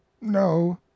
No